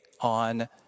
on